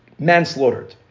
manslaughtered